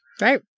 Right